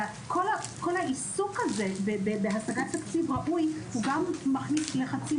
וכל העיסוק הזה בהשגת תקציב ראוי גם מכניס לחצים